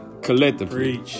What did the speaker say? Collectively